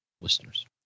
listeners